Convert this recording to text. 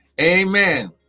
Amen